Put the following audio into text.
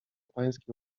pańskie